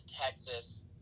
Texas